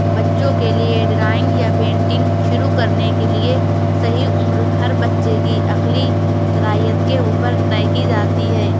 بچوں کے لیے ڈرائنگ یا پینٹنگ شروع کرنے کے لیے صحیح عمر ہر بچے کی عقلی صلاحیت کے اوپر طے کی جاتی ہے